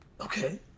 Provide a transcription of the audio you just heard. Okay